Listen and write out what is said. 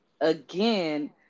again